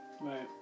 Right